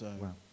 wow